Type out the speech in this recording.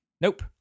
Nope